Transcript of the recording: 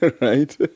right